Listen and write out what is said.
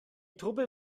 truppe